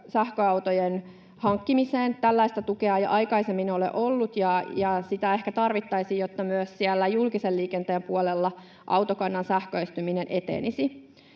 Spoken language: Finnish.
sähköautojen hankkimiseen. Tällaista tukea ei aikaisemmin ole ollut, ja sitä ehkä tarvittaisiin, jotta myös siellä julkisen liikenteen puolella autokannan sähköistyminen etenisi.